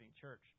church